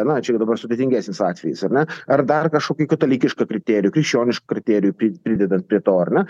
na čia jau dabar sudėtingesnis atvejis ar ne ar dar kažkokį katalikišką kriterijų krikščionišką kriterijų pri pridedant prie to ar ne